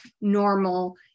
normal